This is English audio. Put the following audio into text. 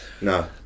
No